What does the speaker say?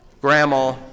Grandma